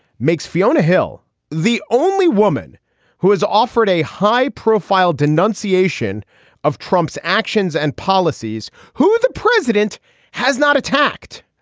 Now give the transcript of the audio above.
makes fiona hill the only woman who has offered a high profile denunciation of trump's actions and policies, who the president has not attacked.